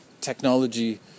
Technology